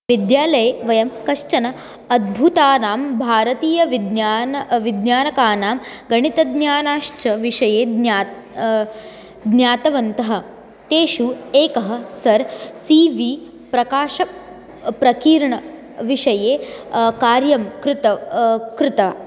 विद्यालये वयं कश्चन अद्भुतानां भारतीयविज्ञान वैज्ञानिकानां गणितज्ञानां च विषये ज्ञा ज्ञातवन्तः तेषु एकः सर् सी वी प्रकाश प्रकीर्णविषये कार्यं कृतवान् कृतः